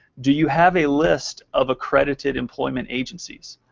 do you have a list of accredited employment agencies?